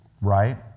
right